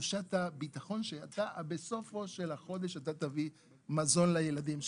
תחושת הביטחון שבסוף החודש אתה תביא מזון לילדים שלך.